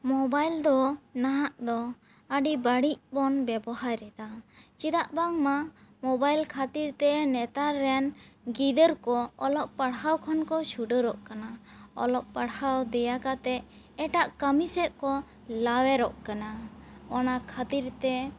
mobile ᱫᱚ ᱱᱟᱦᱟᱜ ᱫᱚ ᱟᱹᱰᱤ ᱵᱟᱹᱲᱤᱡ ᱵᱚᱱ ᱵᱮᱵᱚᱦᱟᱨ ᱮᱫᱟ ᱪᱮᱫᱟᱜ ᱵᱟᱝ ᱢᱟ ᱢᱚᱵᱟᱭᱤᱞ ᱠᱷᱟᱹᱛᱤᱨ ᱛᱮ ᱱᱮᱛᱟᱨ ᱨᱮᱱ ᱜᱤᱫᱟᱹᱨ ᱠᱚ ᱚᱞᱚᱜ ᱯᱟᱲᱦᱟᱣ ᱠᱷᱚᱱ ᱠᱚ ᱪᱷᱩᱰᱟᱹᱨᱚᱜ ᱠᱟᱱᱟ ᱚᱞᱚᱜ ᱯᱟᱲᱦᱟᱜ ᱫᱮᱭᱟ ᱠᱟᱛᱮ ᱮᱴᱟᱜ ᱠᱟᱹᱢᱤ ᱥᱮᱫ ᱠᱚ ᱞᱟᱣᱮᱨᱚᱜ ᱠᱟᱱᱟ ᱚᱱᱟ ᱠᱷᱟᱹᱛᱤᱨ ᱛᱮ